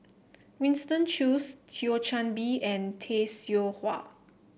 Winston Choos Thio Chan Bee and Tay Seow Huah